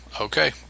okay